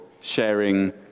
sharing